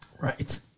Right